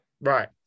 Right